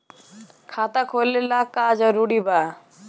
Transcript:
खाता खोले ला का का जरूरी बा?